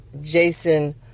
Jason